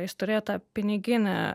jis turėjo tą piniginį